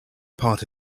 part